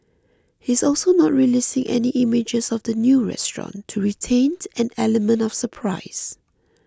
he's also not releasing any images of the new restaurant to retain an element of surprise